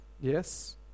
Yes